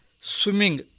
swimming